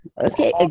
Okay